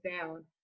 down